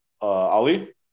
Ali